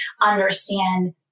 understand